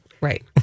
Right